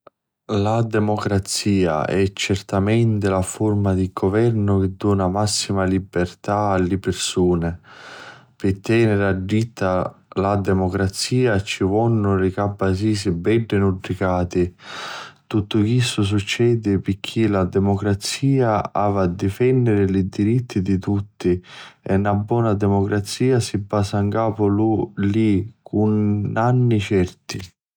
La democrazia è certamenti la furma di guvernu chi duna massima libirtà a li pirsuni. Pi teniri a dritta la democrazia ci vonnu li cabbasisi beddi nutricati. Tuttu chistu succedi pirchì la democrazia avi a difenniri li diritti di tutti e na bona democrazia si basa ncapu li cunnanni certi.